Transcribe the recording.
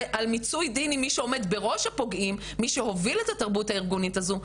ועל מיצוי דין עם מי שעומד בראש הפוגעים והוביל את התרבות הארגונית הזו,